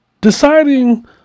deciding